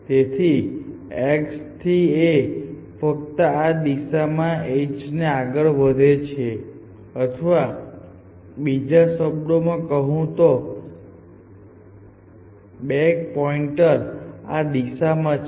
તેથી x થી a ફક્ત આ દિશામાં જ એજ આગળ વધે છે અથવા બીજા શબ્દોમાં કહું તો બેક પોઇન્ટર આ દિશામાં છે